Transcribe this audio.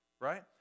right